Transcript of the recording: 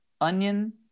onion